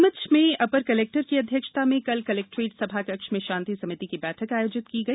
नीमच में अपर कलेक्टर की अध्यक्षता में कल कलेक्ट्रेट सभाकक्ष में शांति समिति की बैठक आयोजित की गई